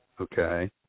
okay